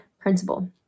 principle